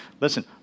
Listen